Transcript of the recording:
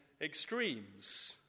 extremes